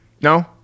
No